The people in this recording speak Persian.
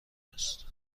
است